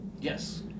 Yes